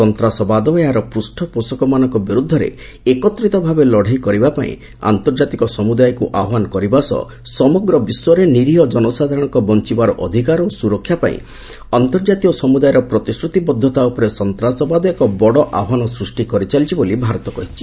ସନ୍ତାସବାଦ ଓ ଏହାର ପୂଷ୍ଠପୋଷକମାନଙ୍କ ବିରୁଦ୍ଧରେ ଏକତ୍ରିତ ଭାବେ ଲଢ଼େଇ କରିବା ପଇଁ ଆନ୍ତର୍ଜାତିକ ସମୁଦାୟକୁ ଆହ୍ୱାନ କରିବା ସହ ସମଗ୍ର ବିଶ୍ୱରେ ନିରୀହ ଜନସାଧାରଣଙ୍କ ବଞ୍ଚବାର ଅଧିକାର ଓ ସ୍ତରକ୍ଷା ପାଇଁ ଅନ୍ତର୍ଜାତୀୟ ସମୁଦାୟର ପ୍ରତିଶ୍ରତିବଦ୍ଧତା ଉପରେ ସନ୍ତାସବାଦ ଏକ ବଡ଼ ଆହ୍ବାନ ସୃଷ୍ଟି କରିଚାଲିଛି ବୋଲି ଭାରତ କହିଛି